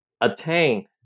attain